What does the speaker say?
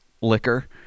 liquor